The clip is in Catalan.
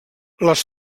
les